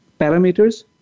parameters